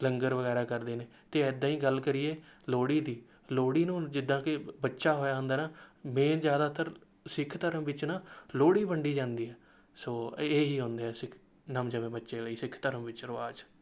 ਲੰਗਰ ਵਗੈਰਾ ਕਰਦੇ ਨੇ ਅਤੇ ਇੱਦਾਂ ਹੀ ਗੱਲ ਕਰੀਏ ਲੋਹੜੀ ਦੀ ਲੋਹੜੀ ਨੂੰ ਜਿੱਦਾਂ ਕਿ ਬੱਚਾ ਹੋਇਆ ਹੁੰਦਾ ਹੈ ਨਾ ਮੇਨ ਜ਼ਿਆਦਾਤਰ ਸਿੱਖ ਧਰਮ ਵਿੱਚ ਨਾ ਲੋਹੜੀ ਵੰਡੀ ਜਾਂਦੀ ਹੈ ਸੋ ਇ ਇਹ ਹੀ ਹੁੰਦੇ ਹੈ ਸਿੱਖ ਨਵਜੰਮੇ ਬੱਚਿਆਂ ਲਈ ਸਿੱਖ ਧਰਮ ਵਿੱਚ ਰਿਵਾਜ਼